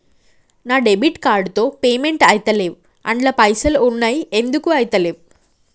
నా debit card తో payment ఐతలేవ్ అండ్ల పైసల్ ఉన్నయి ఎందుకు ఐతలేవ్?